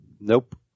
Nope